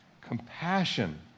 Compassion